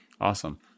Awesome